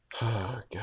God